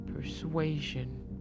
persuasion